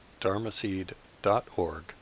dharmaseed.org